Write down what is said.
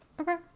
Okay